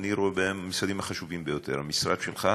שאני רואה בהם המשרדים החשובים ביותר: המשרד שלך,